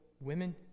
women